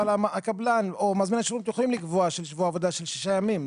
אבל הקבלן או מזמין השירות יכולים לקבוע ששבוע העבודה של שישה ימים.